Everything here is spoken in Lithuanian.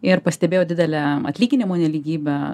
ir pastebėjo didelę atlyginimų nelygybę